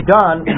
done